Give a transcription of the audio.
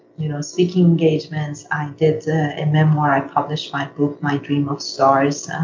you know seeking engagements. i did the and memoir, i published my book, my dream of stars,